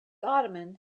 ottoman